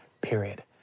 period